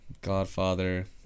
Godfather